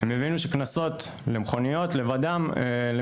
הם הבינו שקנסות לבדם למכוניות למי